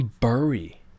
bury